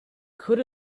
could